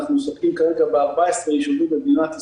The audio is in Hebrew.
אנחנו מספקים כרגע ב-14 ישובים במדינת ישראל,